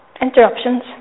Interruptions